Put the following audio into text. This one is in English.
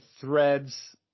threads